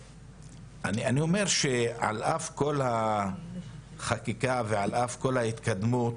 אני אומר שעל אף כל החקיקה ועל אף כל ההתקדמות,